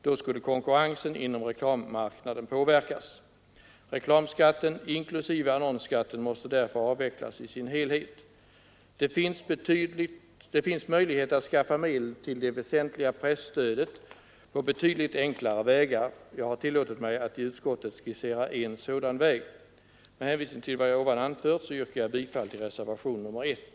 Då skulle konkurrensen inom reklammarknaden påverkas. Reklamskatten inklusive annonsskatten måste därför avvecklas i sin helhet. Det finns möjlighet att skaffa medel till det väsentliga presstödet på betydligt enklare vägar. Jag har tillåtit mig att i utskottet skissera en sådan väg. Med hänvisning till vad jag här anfört yrkar jag bifall till reservationen 1.